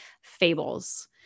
fables